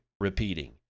repeating